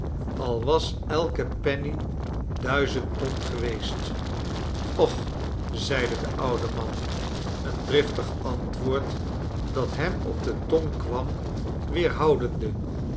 al was elke penny duizend pond geweest och zeide de oude man een driftig antwoord dat hem op de tong kwam